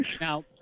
now